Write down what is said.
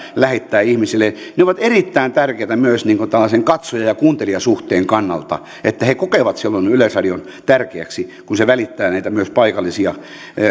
lähettää ihmisille ne ovat erittäin tärkeitä myös tällaisen katsoja ja ja kuuntelijasuhteen kannalta eli he kokevat silloin yleisradion tärkeäksi kun se välittää myös näitä paikallisia